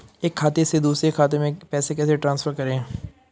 एक खाते से दूसरे खाते में पैसे कैसे ट्रांसफर करें?